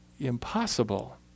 impossible